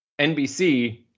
NBC